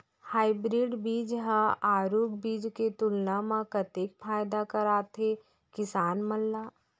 Hybrid बीज हा आरूग बीज के तुलना मा कतेक फायदा कराथे किसान मन ला?